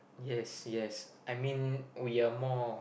yes yes I mean we are more